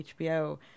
HBO